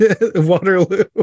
Waterloo